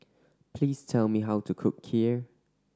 please tell me how to cook Kheer